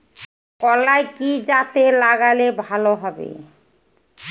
কলাই কি জাতে লাগালে ভালো হবে?